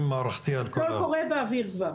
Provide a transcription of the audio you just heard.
מערכתי על --- הקול קורא באוויר כבר.